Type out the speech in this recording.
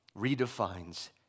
redefines